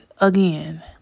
again